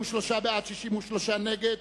שאול מופז, דליה איציק, צחי הנגבי,